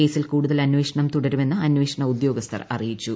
കേസിൽ കൂടുതൽ അന്വേഷണം തുടരുകയാണെന്ന് അന്വേഷണോദ്യോഗസ്ഥർ അറിയിച്ചു